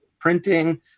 printing